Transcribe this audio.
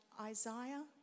Isaiah